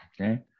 Okay